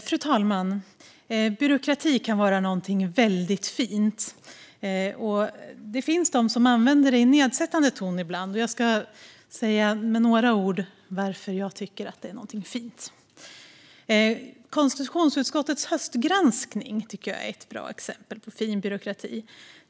Fru talman! Byråkrati kan vara något mycket fint. Det finns de som använder ordet i nedsättande ton ibland, men jag ska med några ord säga varför jag tycker att byråkrati är fint. Konstitutionsutskottets höstgranskning är, tycker jag, ett bra exempel på fin byråkrati.